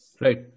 Right